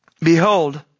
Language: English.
Behold